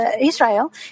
Israel